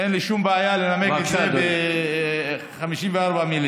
אין לי שום בעיה לנמק את זה ב-54 מילים.